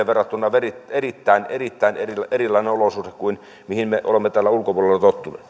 verrattuna erittäin erittäin erittäin erilainen olosuhde kuin mihin me olemme täällä ulkopuolella